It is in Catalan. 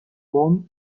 bon